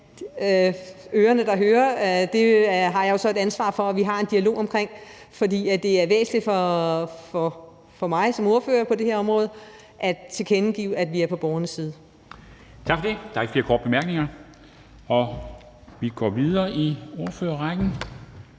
ørerne hører. Det har jeg jo så et ansvar for at vi har en dialog om, for det er væsentligt for mig som ordfører på det her område at tilkendegive, at vi er på borgernes side. Kl. 10:51 Formanden (Henrik Dam Kristensen): Tak for det. Der er ikke flere korte bemærkninger. Vi går videre i ordførerrækken